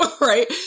Right